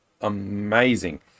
amazing